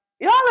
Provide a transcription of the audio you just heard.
Y'all